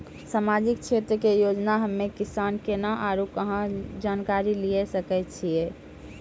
समाजिक क्षेत्र के योजना हम्मे किसान केना आरू कहाँ जानकारी लिये सकय छियै?